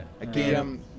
again